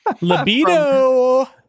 Libido